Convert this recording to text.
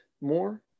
more